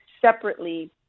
separately